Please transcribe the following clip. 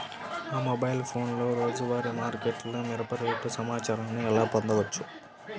మా మొబైల్ ఫోన్లలో రోజువారీ మార్కెట్లో మిరప రేటు సమాచారాన్ని ఎలా పొందవచ్చు?